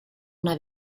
una